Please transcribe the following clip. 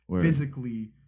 physically